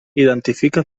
identifica